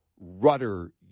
rudder